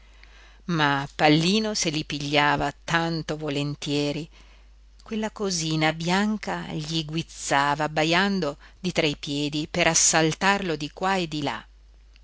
ma pallino se li pigliava tanto volentieri quella cosina bianca gli guizzava abbajando di tra i piedi per assaltarlo di qua e di là